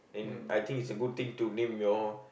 and I think it's a good thing to name your